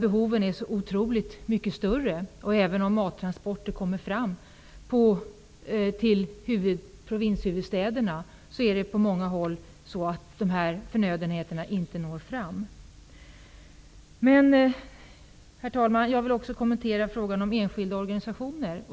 Behoven är så otroligt mycket större. Även om mattransporter kommer fram till provinshuvudstäderna är det på många håll så att förnödenheterna inte når fram. Herr talman! Jag vill också kommentera frågan om enskilda organisationer.